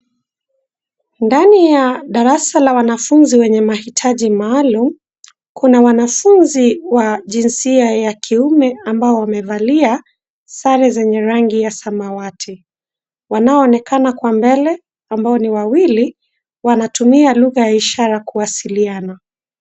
Ndani ya darasa la wanafunzi wenye mahitaji maalum, kuna wanafunzi wa jinsia ya kiume, ambao wamevalia sare zenye rangi ya samawati. Wanaonekana Kwa mbele ambao ni wawili, wanatumia lugha ya ishara kuwasiliana.